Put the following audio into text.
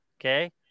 Okay